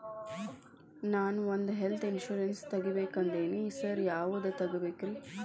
ನಾನ್ ಒಂದ್ health insurance ತಗಬೇಕಂತಿದೇನಿ sir ಯಾವದ ತಗಬೇಕ್ರಿ?